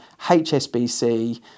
HSBC